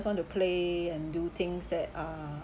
want to play and do things that uh